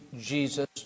Jesus